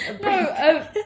No